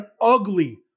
ugly